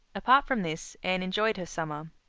apart from this, anne enjoyed her summer.